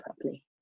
properly